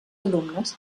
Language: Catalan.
alumnes